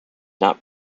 not